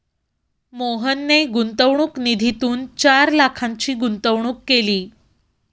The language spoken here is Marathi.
मोहनने गुंतवणूक निधीतून चार लाखांची गुंतवणूक केली